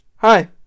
Hi